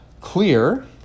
clear